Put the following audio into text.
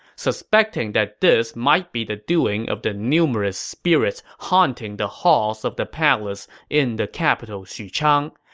suspecting that this might be the doing of the numerous spirits haunting the halls of the palace in the capital xuchang,